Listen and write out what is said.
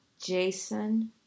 Jason